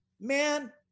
Man